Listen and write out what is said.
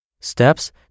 Steps